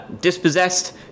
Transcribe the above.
Dispossessed